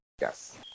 yes